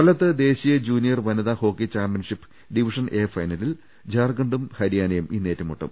കൊല്ലത്ത് ദേശീയ ജൂനിയർ വനിതാ ഹോക്കി ചാമ്പ്യൻഷിപ് ഡിവിഷൻ എ ഫൈനലിൽ ഝാർക്കണ്ഡും ഹരിയാനയും ഇന്ന് ഏറ്റുമുട്ടും